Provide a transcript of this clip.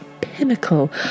pinnacle